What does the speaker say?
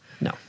No